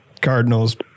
cardinals